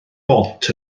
bont